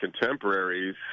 contemporaries